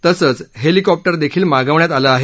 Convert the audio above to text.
तसंच हेलिकॉप्टर देखील मागवण्यात आलं आहे